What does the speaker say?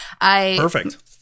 Perfect